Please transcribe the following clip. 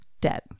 dead